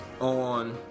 on